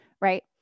right